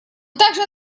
также